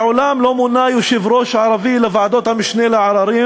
מעולם לא מונה יושב-ראש ערבי לוועדות המשנה לעררים.